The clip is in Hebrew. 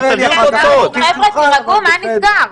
חבר'ה, תירגעו, מה נסגר?